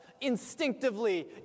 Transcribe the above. instinctively